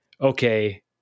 okay